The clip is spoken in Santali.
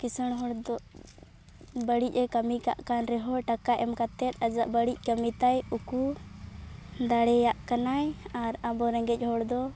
ᱠᱤᱸᱥᱟᱹᱬ ᱦᱚᱲ ᱫᱚ ᱵᱟᱹᱲᱤᱡ ᱮ ᱠᱟᱹᱢᱤ ᱠᱟᱜ ᱠᱟᱱ ᱨᱮᱦᱚᱸ ᱴᱟᱠᱟ ᱮᱢ ᱠᱟᱛᱮᱫ ᱟᱡᱟᱜ ᱵᱟᱹᱲᱤᱡ ᱠᱟᱹᱢᱤ ᱛᱟᱭ ᱩᱠᱩ ᱫᱟᱲᱮᱭᱟᱜ ᱠᱟᱱᱟᱭ ᱟᱨ ᱟᱵᱚ ᱨᱮᱸᱜᱮᱡ ᱦᱚᱲ ᱫᱚ